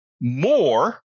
more